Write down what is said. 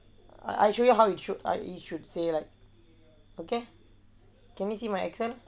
I I show you how you should I it should say like okay can you see my Excel